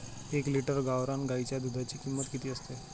एक लिटर गावरान गाईच्या दुधाची किंमत किती असते?